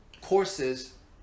Courses